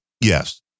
Yes